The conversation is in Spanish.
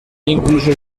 incluso